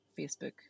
Facebook